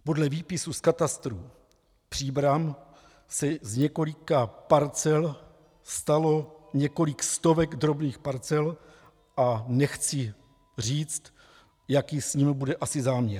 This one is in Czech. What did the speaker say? Podle výpisu z katastru Příbram se z několika parcel stalo několik stovek drobných parcel a nechci říct, jaký s nimi bude asi záměr.